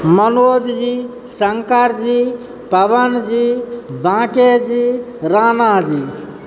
Manojji Shankar ji Pawan ji Banke ji Ranaji